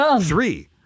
Three